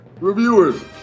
reviewers